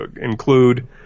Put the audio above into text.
include